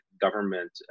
government